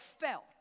felt